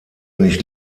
nicht